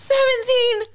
Seventeen